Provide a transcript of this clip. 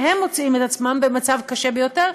שהם מוצאים את עצמם במצב קשה ביותר,